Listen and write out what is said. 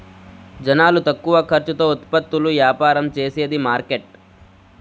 జనాలు తక్కువ ఖర్చుతో ఉత్పత్తులు యాపారం చేసేది మార్కెట్